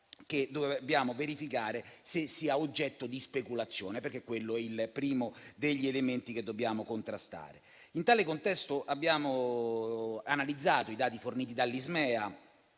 che dobbiamo verificare se sia oggetto di speculazione, perché quello è il primo degli elementi che dobbiamo contrastare. In tale contesto, abbiamo analizzato i dati forniti dall'ISMEA